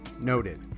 Noted